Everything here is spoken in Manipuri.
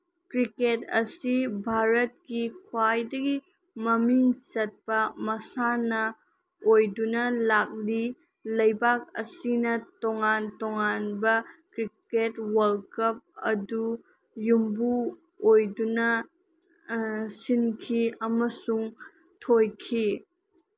ꯀ꯭ꯔꯤꯀꯦꯠ ꯑꯁꯤ ꯚꯥꯔꯠꯀꯤ ꯈ꯭ꯋꯥꯏꯗꯒꯤ ꯃꯃꯤꯡ ꯆꯠꯄ ꯃꯁꯥꯟꯅ ꯑꯣꯏꯗꯨꯅ ꯂꯥꯛꯂꯤ ꯂꯩꯕꯥꯛ ꯑꯁꯤꯅ ꯇꯣꯉꯥꯟ ꯇꯣꯉꯥꯟꯕ ꯀ꯭ꯔꯤꯀꯦꯠ ꯋꯥꯔꯜ ꯀꯞ ꯑꯗꯨ ꯌꯨꯝꯕꯨ ꯑꯣꯏꯗꯨꯅ ꯁꯤꯟꯈꯤ ꯑꯃꯁꯨꯡ ꯊꯣꯏꯈꯤ